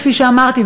כפי שאמרתי,